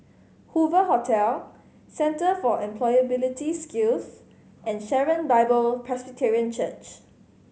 Hoover Hotel Centre for Employability Skills and Sharon Bible Presbyterian Church